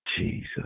Jesus